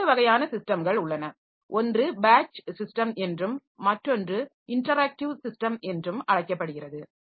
2 வகையான சிஸ்டம்கள் உள்ளன ஒன்று பேட்ச் சிஸ்டம் என்றும் மற்றொன்று இன்டராக்டிவ் சிஸ்டம் என்றும் அழைக்கப்படுகிறது